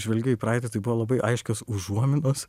žvelgiu į praeitį tai buvo labai aiškios užuominos